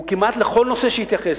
כמעט לכל נושא שהוא התייחס,